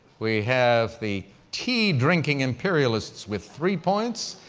we have the tea-drinking imperialists with three points,